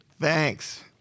thanks